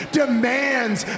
demands